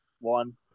one